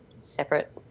separate